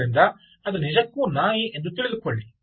ಆದ್ದರಿಂದ ಅದು ನಿಜಕ್ಕೂ ನಾಯಿ ಎಂದು ತಿಳಿದುಕೊಳ್ಳಿ